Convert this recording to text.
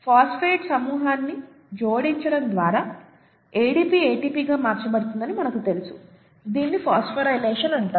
phosphate సమూహాన్ని జోడించడం ద్వారా ADP ATPగా మార్చబడుతుందని మనకు తెలుసు దానిని ఫాస్ఫోరైలేషన్ అంటారు